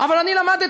אבל אני למדתי.